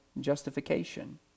justification